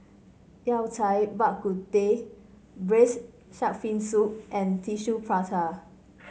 Yao Cai Bak Kut Teh braise shark fin soup and Tissue Prata